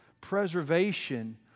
preservation